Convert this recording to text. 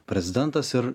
prezidentas ir